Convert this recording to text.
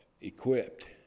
equipped